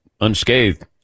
unscathed